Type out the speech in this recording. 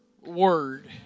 word